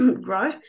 grow